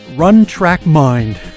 Run-Track-Mind